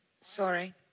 Sorry